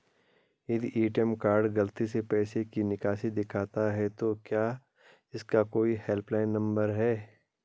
यदि ATM card गलती से पैसे की निकासी दिखाता है तो क्या इसका कोई हेल्प लाइन नम्बर है?